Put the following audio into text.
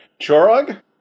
Chorog